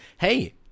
Hey